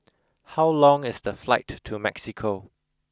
how long is the flight to Mexico